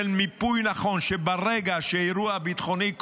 של מיפוי נכון, שברגע שקורה אירוע ביטחוני,